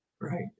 Right